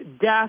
death